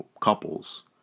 couples